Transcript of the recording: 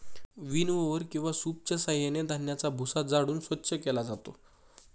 विनओवर किंवा सूपच्या साहाय्याने धान्याचा भुसा झाडून स्वच्छ केला जातो